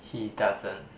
he doesn't